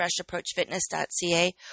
freshapproachfitness.ca